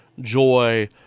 joy